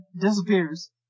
disappears